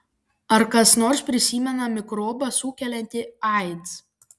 ar kas nors prisimena mikrobą sukeliantį aids